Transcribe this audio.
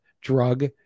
drug